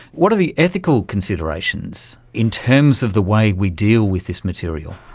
what are the ethical considerations in terms of the way we deal with this material?